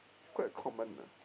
it's quite common ah